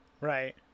Right